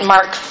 Mark